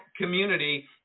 community